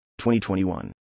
2021